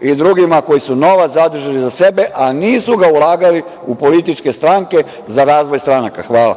i drugima koji su novac zadržali za sebe, a nisu ga ulagali u političke stranke za razvoj stranaka. Hvala.